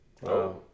Wow